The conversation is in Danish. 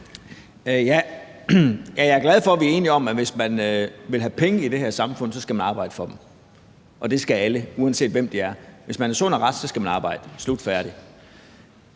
Jeg er glad for, at vi er enige om, at man, hvis man vil have penge i det her samfund, skal arbejde for dem, og det skal alle, uanset hvem de er. Hvis man er sund og rask, skal man arbejde – slut, færdig.